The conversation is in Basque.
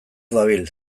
dabil